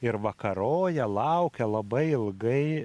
ir vakaroja laukia labai ilgai